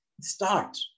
start